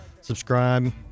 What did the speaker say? subscribe